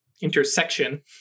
intersection